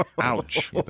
ouch